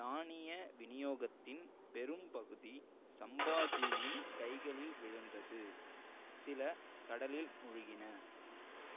தானிய விநியோகத்தின் பெரும்பகுதி சம்பாஜியின் கைகளில் விழுந்தது சில கடலில் மூழ்கின